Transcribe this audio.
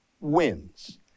Wins